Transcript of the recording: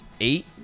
eight